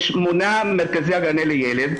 יש שמונה מרכזי הגנה לילד,